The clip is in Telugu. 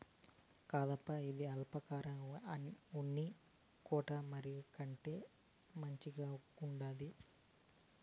కాదప్పా, ఇది ఆల్పాకా ఉన్ని కోటు మరి, కొంటే మంచిగుండాది